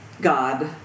God